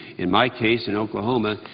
in my case in oklahoma,